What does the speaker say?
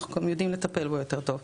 אנחנו גם יודעים לטפל בו יותר טוב.